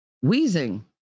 Wheezing